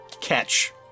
catch